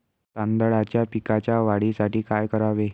तांदळाच्या पिकाच्या वाढीसाठी काय करावे?